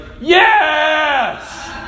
yes